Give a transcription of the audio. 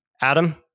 Adam